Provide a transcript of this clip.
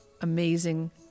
amazing